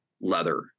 leather